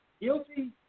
guilty